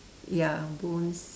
ya bones